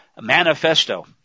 manifesto